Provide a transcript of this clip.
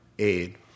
aid